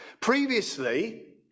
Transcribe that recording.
Previously